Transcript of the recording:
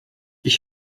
ich